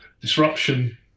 disruption